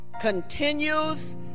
continues